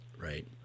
Right